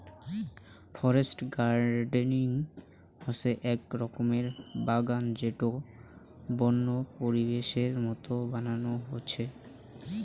forest gardening হসে আক রকমের বাগান যেটোকে বন্য পরিবেশের মত বানানো হসে